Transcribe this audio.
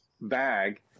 bag